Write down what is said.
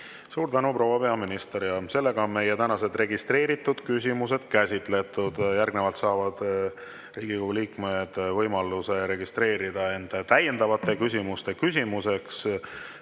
Suur tänu, proua peaminister! Meie tänased registreeritud küsimused on käsitletud. Järgnevalt saavad Riigikogu liikmed võimaluse registreerida end täiendavate küsimuste küsimiseks.